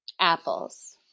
Apples